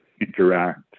interact